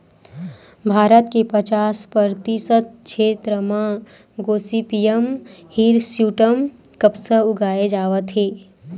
भारत के पचास परतिसत छेत्र म गोसिपीयम हिरस्यूटॅम कपसा उगाए जावत हे